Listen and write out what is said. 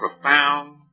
profound